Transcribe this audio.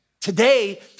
today